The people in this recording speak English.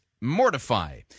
mortify